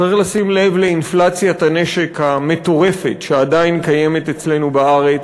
צריך לשים לב לאינפלציית הנשק המטורפת שעדיין קיימת אצלנו בארץ.